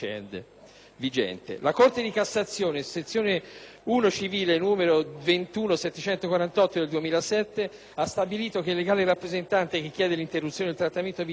La Corte di cassazione (sezione I civile, n. 21748 del 2007) ha stabilito che il legale rappresentante che chiede l'interruzione del trattamento vitale